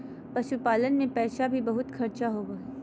पशुपालन मे पैसा भी बहुत खर्च होवो हय